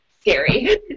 scary